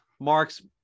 marks